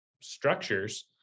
structures